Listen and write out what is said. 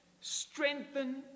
strengthen